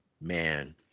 man